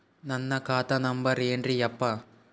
ನನ್ನ ಖಾತಾ ನಂಬರ್ ಏನ್ರೀ ಯಪ್ಪಾ?